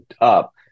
up